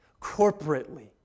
corporately